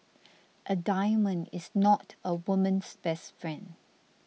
a diamond is not a woman's best friend